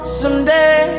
someday